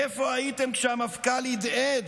איפה הייתם כשהמפכ"ל הדהד